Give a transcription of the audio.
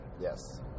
yes